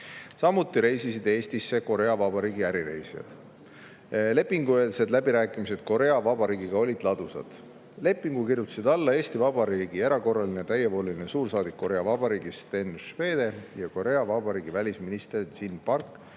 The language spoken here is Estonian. Samuti reisisid Eestisse Korea Vabariigi ärireisijad. Lepingueelsed läbirääkimised Korea Vabariigiga olid ladusad. Lepingule kirjutasid alla Eesti Vabariigi erakorraline ja täievoliline suursaadik Korea Vabariigis Sten Schwede ja Korea Vabariigi välisminister Jin Park